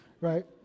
right